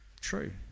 True